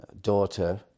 daughter